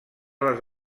les